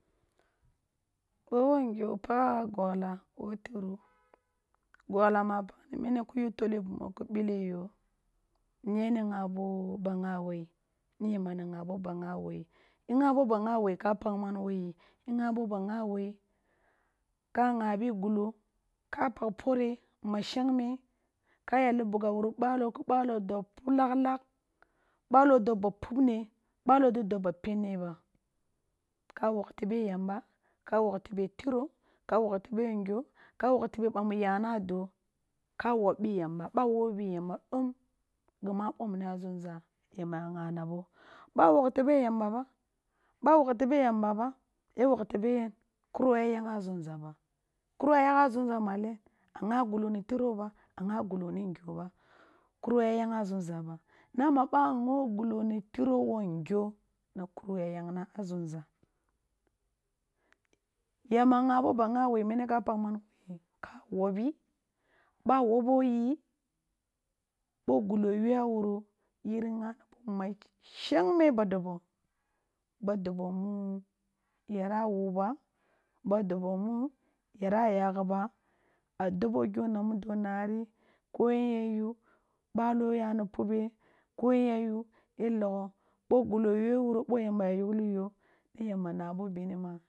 Ko wo gyo paghagha gogha wo tiro, gogla ma pakhni mini ki yu tole bumo ki bite yo ghe ni ghabo ba gha wai ni yamba gha bo ba gha wai, ni yamba wai ka pakh man woyi igha bo ba gha wai ka ghabi gullo ka pakh pore mashagme, ka yalli bughe wuri balo, ba lo ki balo dob pul lakh lakh balo dob ba pubne, balo di dob ba pinne ba, ka wogh tabe yamba ka wogh tebe tiro ko wogh tibe ngyo ka wogh tehe bamu yana doh ka wobbi yamba, boa wobbo bi yambe dom gima bomni a zumza yamba ya ghana bo ba wogh tebe yamba ba ba wogh tebe yamba ba, ya wogh tebe yen kuno yay agha nzumza ba, kuro yagha nzumza malen a gha gull oni tiro ba, a gha gulto ni ngyo ba kuro ga yagha nzumza ba. Kuro yay agha nzumza malen a gha gull oni tiro ba, a gha gull oni ngyo ba kuro yay agha nzumza ba, na ma bag ho gulo ni tiro wo ngyo, na kuro ya yangna a zumza. Yamba ghabo ba gha woi mini ka pakh mman wo yi, ka wobi, ba wobbo yi bo gulo yae wuro yiri ghanabo ba mashegme badoba badoba mu yara wub a, badoba mu yara yahghi ba a dobo gyo namu donari ko yan yayu balo yani pube, koyen ya yu ya logho bo gullo ya wuro bo yamha ya yughlo yon a yamba na bo bini ma.